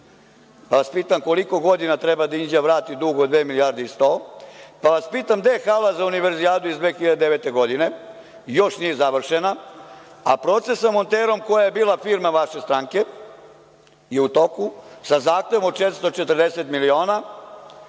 Pitam – koliko godina treba da Inđija vrati dug od dve milijarde i sto? Pitam vas – gde je hala za univerzijadu iz 2009. godine i još nije završena, a proces sa „Monterom“ koja je bila firma vaše stranke je u toku sa zahtevom od 440 miliona?